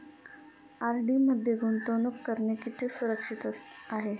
RD मध्ये गुंतवणूक करणे किती सुरक्षित आहे?